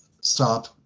stop